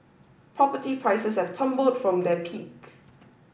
property prices have tumbled from their peak